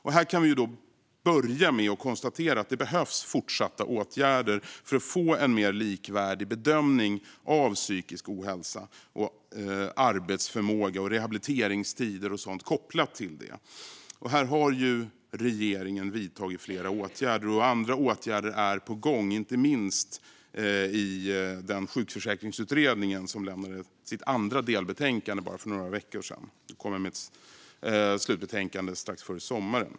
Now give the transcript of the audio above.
Vi kan börja med att konstatera att det behövs fortsatta åtgärder för att få en mer likvärdig bedömning av psykisk ohälsa, arbetsförmåga och rehabiliteringstider kopplat till det. Här har regeringen vidtagit flera åtgärder, och andra åtgärder är på gång, inte minst inom Sjukförsäkringsutredningen, som lämnade sitt andra delbetänkande för bara några veckor sedan och som kommer med sitt slutbetänkande strax före sommaren.